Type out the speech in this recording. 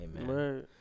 Amen